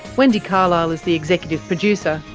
wendy carlisle is the executive producer.